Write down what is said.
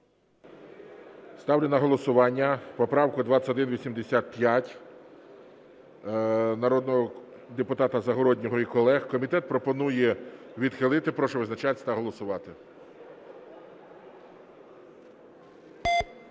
Ставлю на голосування поправка 2185 народного депутата Загороднього і колег. Комітет пропонує відхилити. Прошу визначатися та голосувати.